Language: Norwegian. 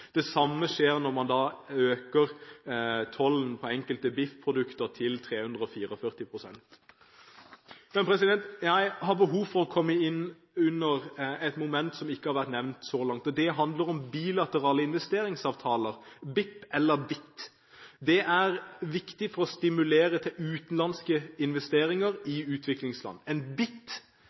Det samme skjer når man øker tollen på enkelte biffprodukter til 344 pst. Jeg har behov for å komme inn på et moment som ikke har vært nevnt så langt. Det handler om bilaterale investeringsavtaler – BITs – som er viktige for å stimulere til utenlandske investeringer i utviklingsland. En